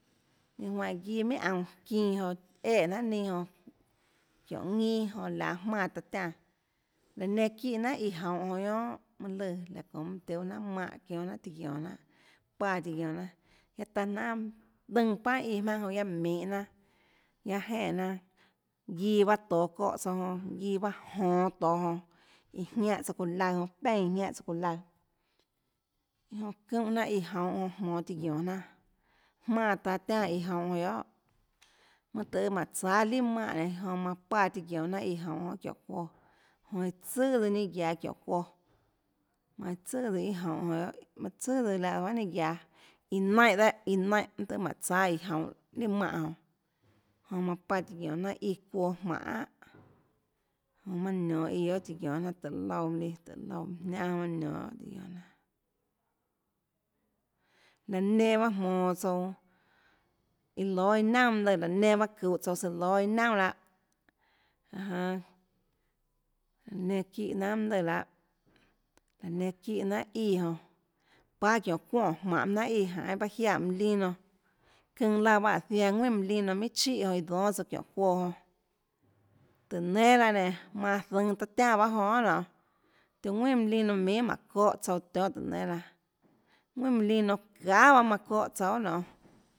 Ninâ juáhã guiâ minhà aunå çinã jonã æèjnanhà ninâ jonã çiónhå ñinâ jonãlaå jmánã taã tiánã laã nenã çíhã jnanhà íã jounhå jonãguióàn mønâ lùã laã çónhå mønâ tiuhâ jnanhà mánhã çionhâ jnanà tiã guiónå jnanà páã tiã guiónå jnanàguiaâ taã jnanà tønã paà íã jmaønâ jonã guiaâ minhå jnanàguiaâ jenè jnanàguiã paâ toå çóhã tsouã jonãguiã aâ jonå toå joã iã jiánhã tsouã çuuã laøã jonã peínãjiánhã tsouã çuuãlaøãçúnhã jnanàíã jounhå jonã jmonå tiã guiónå jnanàjmánã taã tiánã íã jounhå onã guiohàmønã tøhê mánhå tsáâ lià mánhã nénã jonã manã páã tiã guiónå jnanà íã jounhå jonã çiónhå çuoã jonã iã tsøà ninâ guiaå çióhå çuoã manã tsøà íã jounhå jonã guiohàtsøà juahà ninâ guiaå íã naínhã dehâ íã naínhãmønâ øhê mánhå tsáâ íã jounhå lià mánhã jonãjonã manã páã tiã guiónå jnanà íã çuoãjmánhånh jonã manã nionå íã guiohà tiã guiónå jnanà tùhå loúã líãtùhå loúã líãmønâ jniánã jonãnionå guiohà tiã guiónå jnanàlaã nenã pahâ jmonå tsouã iã lóâ iâ naunà mønâ lùã laã nenã paâ çuhå tsouã søã lóâ iâ naunà lahâ ja jan laã nenã çíhã jnanà mønâ lùã lahâ laã nenã çíhã jnanàíã jonãpáâ çiónhå çuoè jmánhå jnanhà íãjeinhâ paâ jiaè molino çønã laã pahâ áå ziaã ðuinà molino minhàchíhà jonã iã dónâ tsouã çiónhå çuoãjonã tùhå nénâ laã nénå manã zønå taã tiánã pahâ jonã guiohà nonê tiuã ðuinà molino minhà mánhå çóhã tsouã tionhâ tùhå nénâ laãðuinà molino çahà bahâ manã çóhã tsouã guiohà nonê